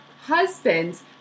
husbands